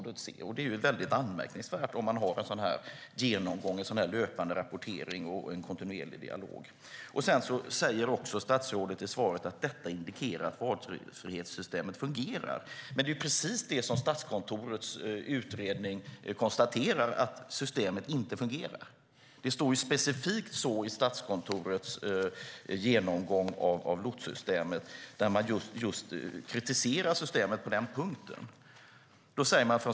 Det är anmärkningsvärt om man har en sådan genomgång, löpande rapportering och kontinuerlig dialog. Statsrådet säger också i svaret att detta indikerar att valfrihetssystemet fungerar. Men det är precis vad Statskontorets utredning konstaterar att det inte gör. Detta står specifikt i Statskontorets genomgång av lotssystemet, där de kritiserar systemet på just den punkten.